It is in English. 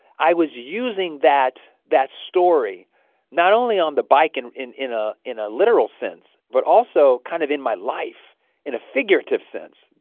i was using that that story not only on the bike and in in ah a literal sense but also kind of in my life in a figurative sense,